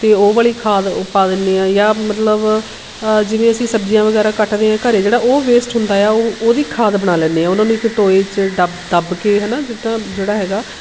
ਅਤੇ ਉਹ ਵਾਲੀ ਖਾਦ ਉਹ ਪਾ ਦਿੰਦੇ ਹਾਂ ਜਾਂ ਮਤਲਬ ਜਿਵੇਂ ਅਸੀਂ ਸਬਜ਼ੀਆਂ ਵਗੈਰਾ ਕੱਟਦੇ ਹਾਂ ਘਰੇ ਜਿਹੜਾ ਉਹ ਵੇਸਟ ਹੁੰਦਾ ਏ ਆ ਉਹ ਉਹਦੀ ਖਾਦ ਬਣਾ ਲੈਂਦੇ ਹਾਂ ਉਹਨਾਂ ਨੂੰ ਇੱਕ ਟੋਏ 'ਚ ਟੱਬ ਦੱਬ ਕੇ ਹੈ ਨਾ ਜਿੱਦਾਂ ਜਿਹੜਾ ਹੈਗਾ